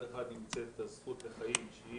הזכות לחיים היא